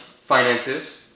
finances